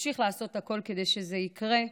אמשיך לעשות הכול כדי שזה יקרה.